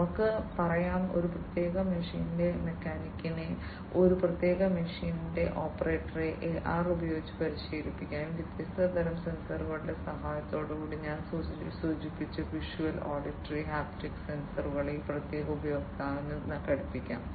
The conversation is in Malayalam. നമുക്ക് പറയാം ഒരു പ്രത്യേക മെഷീന്റെ മെക്കാനിക്കിനെ ഒരു പ്രത്യേക മെഷീന്റെ ഓപ്പറേറ്ററെ AR ഉപയോഗിച്ച് പരിശീലിപ്പിക്കാം ഈ വ്യത്യസ്ത തരം സെൻസറുകളുടെ സഹായത്തോടെ ഞാൻ സൂചിപ്പിച്ച വിഷ്വൽ ഓഡിറ്ററി ഹാപ്റ്റിക് സെൻസറുകൾ ആ പ്രത്യേക ഉപയോക്താവിന് ഘടിപ്പിക്കാം